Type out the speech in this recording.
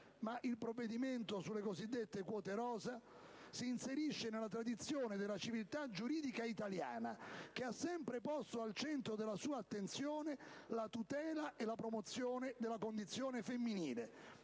Ma il provvedimento sulle cosiddette quote rosa si inserisce nella tradizione della civiltà giuridica italiana, che ha sempre posto al centro della sua attenzione la tutela e la promozione della condizione femminile,